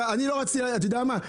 אתה, אני לא רציתי, אתה יודע מה?